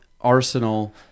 Arsenal